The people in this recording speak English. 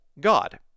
God